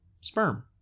sperm